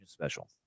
special